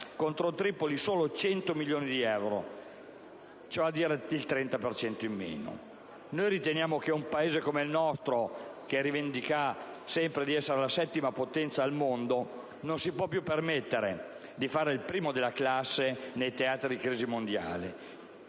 contro Tripoli, solo 100 milioni di euro, ovvero il 30 per cento in meno. Noi riteniamo che un Paese come il nostro, che rivendica sempre di essere la settima potenza al mondo, non si può più permettere di fare il primo della classe nei teatri di crisi mondiali.